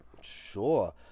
Sure